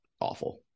awful